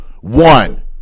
One